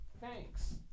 thanks